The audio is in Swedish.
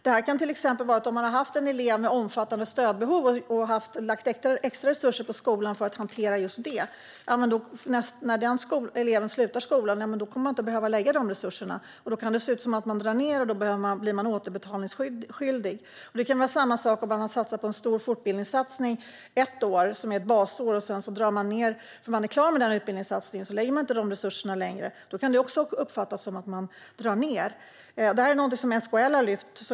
Det kan till exempel vara så att en skola har lagt extra resurser på att hantera en elev med omfattande stödbehov. När den eleven slutar skolan kommer man inte att behöva lägga de resurserna på det. Då kan det se ut som att man drar ned, och då blir man återbetalningsskyldig. Det kan vara samma sak om man har gjort en stor fortbildningssatsning under ett år, som är ett basår, och sedan drar ned för att man är klar med den utbildningssatsningen. Då lägger man inte längre de resurserna på detta, och då kan det uppfattas som att man drar ned. Detta är någonting som SKL har lyft.